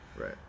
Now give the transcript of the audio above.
right